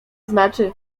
znaczy